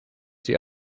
sie